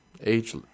age